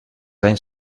anys